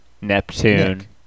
Neptune